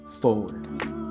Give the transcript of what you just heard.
forward